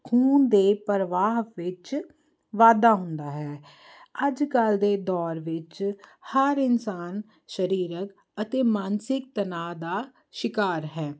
ਖੂਨ ਦੇ ਪਰਵਾਹ ਵਿੱਚ ਵਾਧਾ ਹੁੰਦਾ ਹੈ ਅੱਜ ਕੱਲ੍ਹ ਦੇ ਦੌਰ ਵਿੱਚ ਹਰ ਇਨਸਾਨ ਸਰੀਰਿਕ ਅਤੇ ਮਾਨਸਿਕ ਤਨਾਅ ਦਾ ਸ਼ਿਕਾਰ ਹੈ